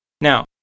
Now